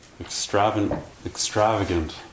extravagant